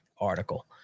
article